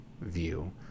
view